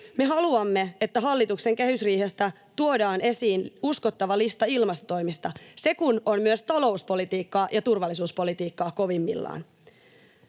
Me haluamme, että hallituksen kehysriihessä tuodaan esiin uskottava lista ilmastotoimista, se kun on myös talouspolitiikkaa ja turvallisuuspolitiikkaa kovimmillaan.